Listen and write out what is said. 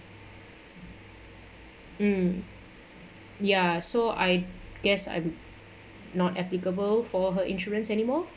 mm ya so I guess I'm not applicable for her insurance anymore